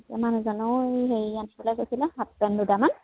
এতিয়া মানুহজনেও হেৰি আনিবলে কৈছিলে হাফ পেন দুটামান